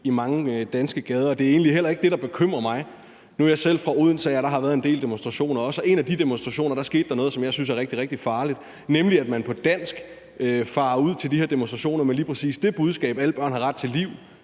i mange danske gader, og det er egentlig heller ikke det, der bekymrer mig. Nu er jeg selv fra Odense, og der har også været en del demonstrationer. Ved en af de demonstrationer skete der noget, som jeg synes er rigtig, rigtig farligt, nemlig at man på dansk farer ud til de her demonstrationer med lige præcis det budskab, at alle børn har ret til liv,